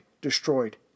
destroyed